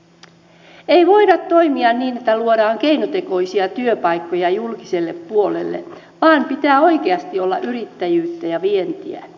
ei voida toimia niin että luodaan keinotekoisia työpaikkoja julkiselle puolelle vaan pitää oikeasti olla yrittäjyyttä ja vientiä